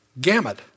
gamut